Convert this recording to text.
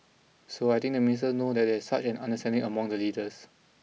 so I think the ministers know that there is such an understanding among the leaders